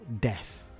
death